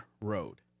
road